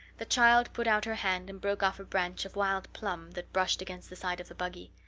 the child put out her hand and broke off a branch of wild plum that brushed against the side of the buggy.